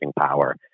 power